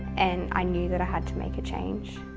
and i knew that i had to make a change.